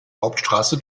hauptstraße